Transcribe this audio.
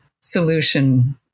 solution